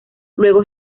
luego